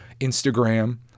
Instagram